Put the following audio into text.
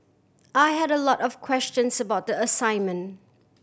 I had a lot of questions about the assignment